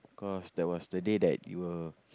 cause that was the day that you were